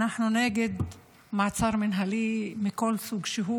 אנחנו נגד מעצר מינהלי מכל סוג שהוא,